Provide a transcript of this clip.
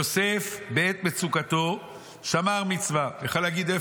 יוסף בעת מצוקתו שמר מצווה" הוא יכול היה להגיד: